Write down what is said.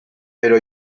pero